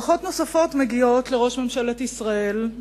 ברכות נוספות מגיעות לראש ממשלת ישראל,